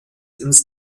ins